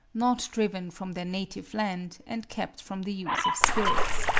not driven from their native land, and kept from the use of spirits.